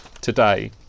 today